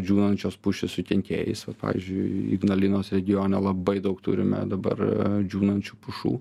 džiūvančios pušys su kenkėjais pavyzdžiui ignalinos regione labai daug turime dabar džiūvančių pušų